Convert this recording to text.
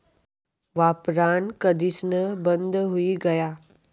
वापरान कधीसन बंद हुई गया